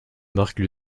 marque